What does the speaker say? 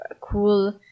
cool